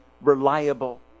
reliable